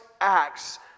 acts